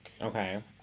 Okay